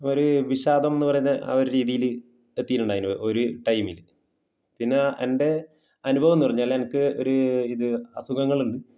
ഒരു വിഷാദം എന്ന് പറയുന്ന ആ ഒരു രീതിയിൽ എത്തിയിട്ടുണ്ടായിന് ഒരു ടൈമിൽ പിന്നെ എൻ്റെ അനുഭവം എന്ന് പറഞ്ഞാൽ എനിക്ക് ഒരു ഇത് അസുഖങ്ങളുണ്ട്